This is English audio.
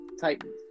Titans